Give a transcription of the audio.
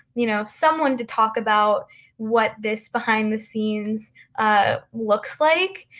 you know, someone to talk about what this behind the scenes ah looks like.